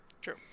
True